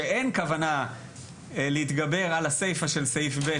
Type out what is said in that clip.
על כך שאין כוונה להתגבר על הסיפא של סעיף (ב),